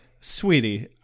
sweetie